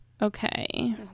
Okay